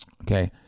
Okay